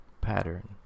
pattern